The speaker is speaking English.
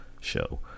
show